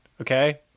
Okay